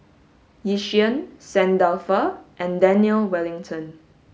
Yishion Saint Dalfour and Daniel Wellington